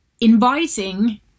inviting